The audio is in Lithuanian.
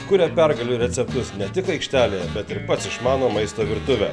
kuria pergalių receptus ne tik aikštelėje bet ir pats išmano maisto virtuvę